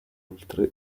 oltre